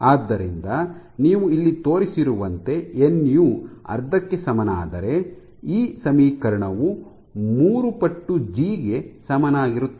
ಆದ್ದರಿಂದ ನೀವು ಇಲ್ಲಿ ತೋರಿಸಿರುವಂತೆ ಎನ್ ಯು ಅರ್ಧಕ್ಕೆ ಸಮನಾದರೆ ಇ ಸಮೀಕರಣವು ಮೂರು ಪಟ್ಟು ಜಿ ಗೆ ಸಮಾನವಾಗಿರುತ್ತದೆ